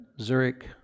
Zurich